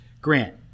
Grant